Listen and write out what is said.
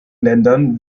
ländern